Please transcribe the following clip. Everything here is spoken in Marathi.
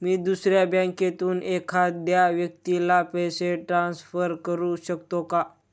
मी दुसऱ्या बँकेतून एखाद्या व्यक्ती ला पैसे ट्रान्सफर करु शकतो का?